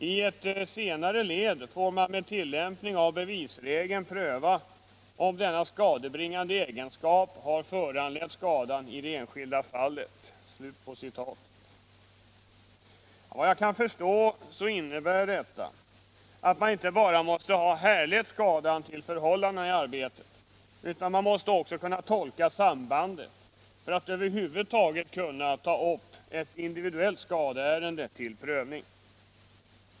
I ett senare led får man med tillämpning av bevisregeln pröva om denna skadebringande egenskap har föranlett skadan i det enskilda fallet.” Vad jag kan förstå innebär detta, att man inte bara måste ha härlett skadan till förhållanden i arbetet, utan att man också måste kunna tolka sambandet för att över huvud taget kunna ta upp ett individuellt skadeärende till prövning.